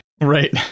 right